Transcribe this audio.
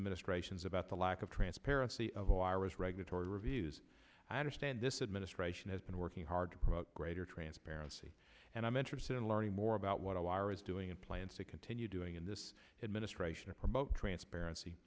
administrations about the lack of transparency of all ira's regulatory reviews i understand this administration has been working hard to promote greater transparency and i'm interested in learning more about what a wire is doing and plans to continue doing in this administration to promote transparency